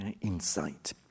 insight